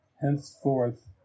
Henceforth